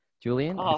Julian